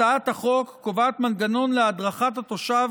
הצעת החוק קובעת מנגנון להדרכת התושב